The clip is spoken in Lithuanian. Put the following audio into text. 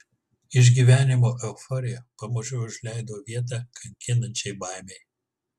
išgyvenimo euforija pamažu užleido vietą kankinančiai baimei